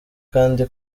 kandi